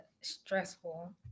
stressful